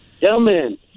Gentlemen